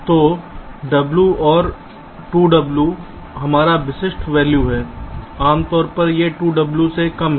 तो W और 2 W हमारा विशिष्ट वैल्यू है आमतौर पर यह 2 W से कम है